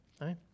right